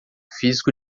físico